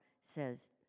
says